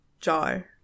Jar